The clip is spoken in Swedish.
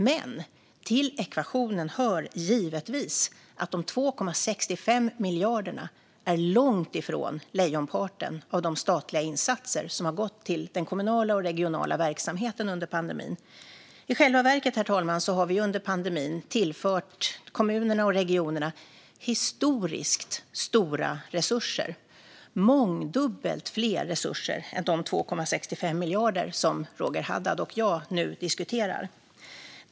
Men till ekvationen hör givetvis att de 2,65 miljarderna är långt ifrån lejonparten av de statliga insatser som har gått till den kommunala och regionala verksamheten under pandemin. I själva verket, herr talman, har vi under pandemin tillfört kommunerna och regionerna historiskt stora resurser. Det är mångdubbelt mer än de 2,65 miljarder som Roger Haddad och jag nu diskuterar.